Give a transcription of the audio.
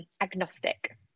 agnostic